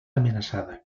amenaçada